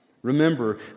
Remember